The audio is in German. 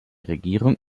regierung